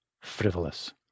frivolous